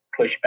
pushback